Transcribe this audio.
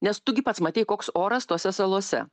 nes tu gi pats matei koks oras tose salose